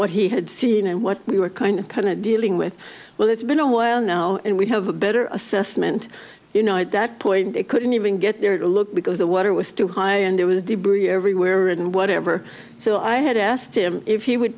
what he had seen and what we were kind of kind of dealing with well it's been a while now and we have a better assessment you know at that point they couldn't even get there to look because the water was too high and there was debris everywhere and whatever so i had asked him if he would